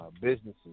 businesses